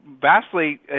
vastly